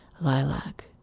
lilac